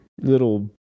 little